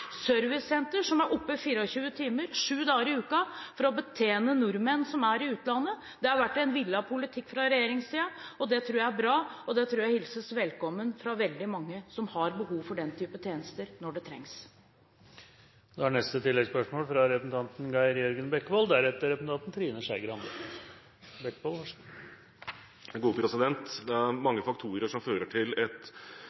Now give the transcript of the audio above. servicesenter som er oppe 24 timer i døgnet sju dager i uken for å betjene nordmenn som er i utlandet. Det er en villet politikk fra regjeringssiden: Det tror jeg har vært bra, og jeg tror det hilses velkommen fra veldig mange som har behov for den typen tjenester når det trengs. Geir Jørgen Bekkevold – til oppfølgingsspørsmål. Det er